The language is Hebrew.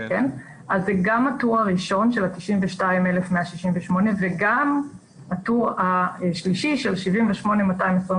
אז זה גם הטור הראשון של ה-92,168 וגם הטור השלישי של 78,225